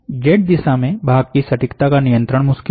Z दिशा में भाग की सटीकता का नियंत्रण मुश्किल है